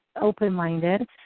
open-minded